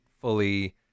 fully